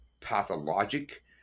pathologic